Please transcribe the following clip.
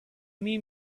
mean